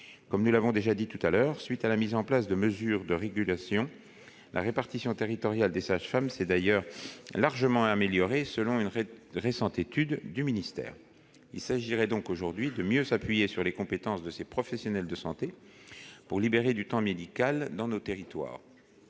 Comme nous l'avons déjà dit tout à l'heure, à la suite de la mise en place de mesures de régulation, la répartition territoriale des sages-femmes s'est d'ailleurs largement améliorée, selon une récente étude du ministère. Il s'agirait donc de mieux s'appuyer sur les compétences de ces professionnels de santé pour libérer du temps médical dans nos territoires.